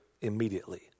immediately